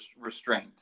restraint